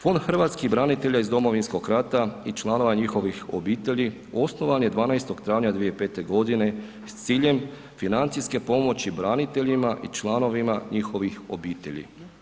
Fond hrvatskih branitelja iz Domovinskog rata i članova njihovih obitelji osnovan je 12. travnja 2005. godine s ciljem financijske pomoći braniteljima i članovima njihovih obitelji.